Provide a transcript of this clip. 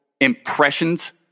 impressions